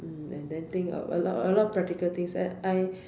mm and then think of a lot a lot practical things that I